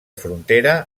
frontera